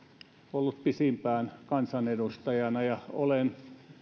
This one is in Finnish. ollut pisimpään kansanedustajana ja olen